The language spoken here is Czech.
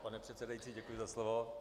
Pane předsedající, děkuji za slovo.